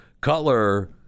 Cutler